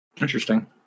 Interesting